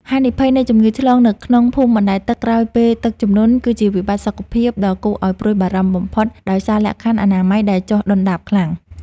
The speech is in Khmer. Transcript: ហានិភ័យនៃជំងឺឆ្លងនៅក្នុងភូមិអណ្តែតទឹកក្រោយពេលទឹកជំនន់ គឺជាវិបត្តិសុខភាពដ៏គួរឱ្យព្រួយបារម្ភបំផុត ដោយសារលក្ខខណ្ឌអនាម័យដែលចុះដុនដាបខ្លាំង។